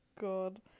God